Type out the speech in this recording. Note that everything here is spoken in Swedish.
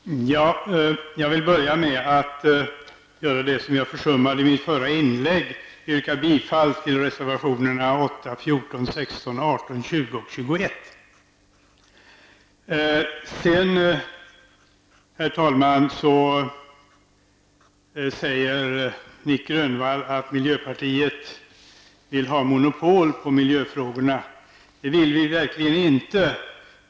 Herr talman! Jag vill börja med att göra det jag försummade i mitt förra inlägg, nämligen yrka bifall till reservationerna 8, 14, 16, 18, 20 och 21. Herr talman! Nic Grönvall säger att miljöpartiet vill ha monopol på miljöfrågorna. Det vill vi verkligen inte.